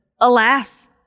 alas